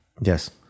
Yes